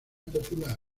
popular